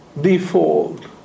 default